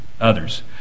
others